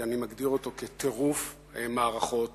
שאני מגדיר אותו כטירוף מערכות